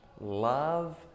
love